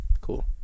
Cool